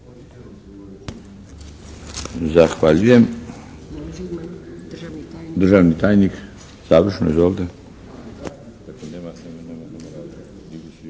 Zahvaljujem. Državni tajnik. Završno izvolite.